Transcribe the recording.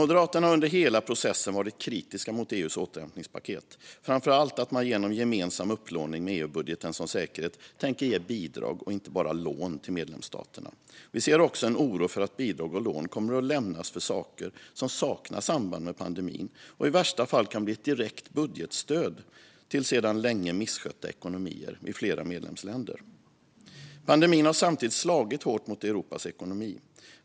Moderaterna har under hela processen varit kritiska mot EU:s återhämtningspaket. Det gäller framför allt att man genom gemensam upplåning med EU-budgeten som säkerhet tänker ge bidrag, inte bara lån, till medlemsstaterna. Vi är också oroliga för att bidrag och lån kommer att lämnas för saker som saknar samband med pandemin, och i värsta fall kan de bli ett direkt budgetstöd till sedan länge misskötta ekonomier i flera medlemsländer. Pandemin har samtidigt slagit hårt mot Europas ekonomi.